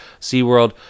SeaWorld